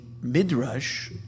midrash